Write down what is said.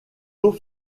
eaux